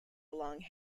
along